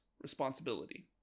responsibility